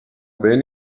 vent